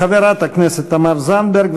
חברת הכנסת תמר זנדברג,